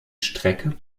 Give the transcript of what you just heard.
strecke